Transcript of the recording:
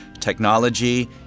technology